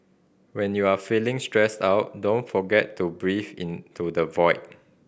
when you are feeling stressed out don't forget to breathe into the void